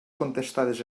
contestades